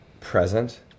present